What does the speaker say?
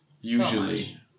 Usually